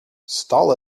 stall